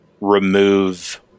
remove